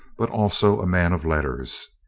but also a man of letters.